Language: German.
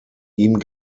ihm